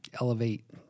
elevate